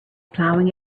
plowing